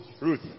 Ruth